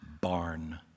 Barn